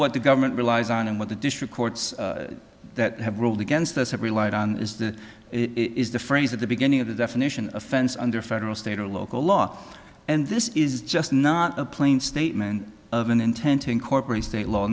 what the government relies on and what the district courts that have ruled against us have relied on is that it is the phrase at the beginning of the definition of offense under federal state or local law and this is just not a plain statement of an intent to incorporate state law